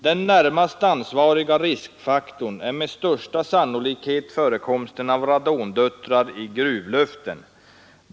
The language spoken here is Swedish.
Den närmast ansvariga riskfaktorn är med största sannolikhet förekomsten av radondöttrar i gruvluften.